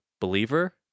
Believer